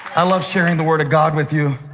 i love sharing the word of god with you.